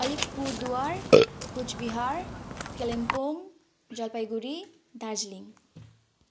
Alipurduar Cooch Behar Kalimpong Jalpaiguri Darjeeling